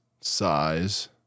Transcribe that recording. size